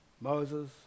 Moses